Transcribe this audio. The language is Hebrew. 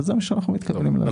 וזה מה שאנחנו מתכוונים לעשות.